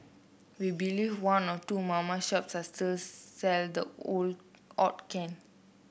we believe one or two mama shops here sell the odd can